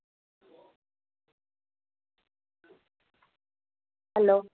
hello